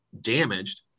damaged